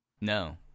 No